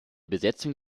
besetzung